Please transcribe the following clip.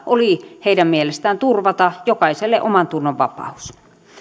oli heidän mielestään turvata jokaiselle omantunnonvapaus